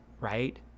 right